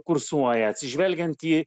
kursuoja atsižvelgiant į